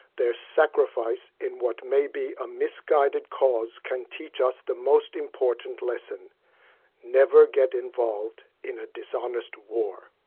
their sacrifice in what may be a misguided cause can teach us the most important lesson never get involved in a dishonest war.